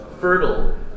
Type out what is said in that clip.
fertile